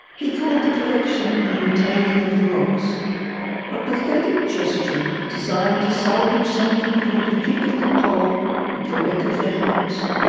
he called the collection and retaining of the rocks a pathetic gesture designed to salvage something from defeat at the pole and the wreck of their hopes.